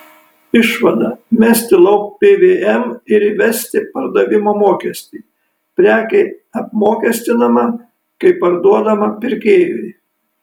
išvada mesti lauk pvm ir įvesti pardavimo mokestį prekė apmokestinama kai parduodama pirkėjui